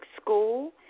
school